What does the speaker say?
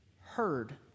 heard